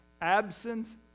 Absence